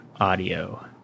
Audio